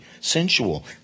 sensual